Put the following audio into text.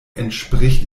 entspricht